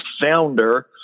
founder